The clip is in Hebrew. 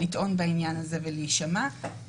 לטעון בעניין הזה ולהישמע.